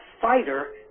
fighter